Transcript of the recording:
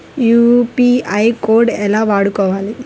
UPI code ఎలా వాడుకోవాలి?